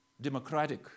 democratic